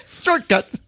shortcut